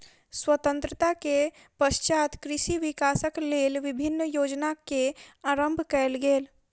स्वतंत्रता के पश्चात कृषि विकासक लेल विभिन्न योजना के आरम्भ कयल गेल